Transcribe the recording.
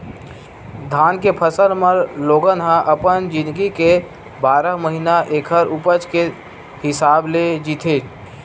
धान के फसल म लोगन ह अपन जिनगी के बारह महिना ऐखर उपज के हिसाब ले जीथे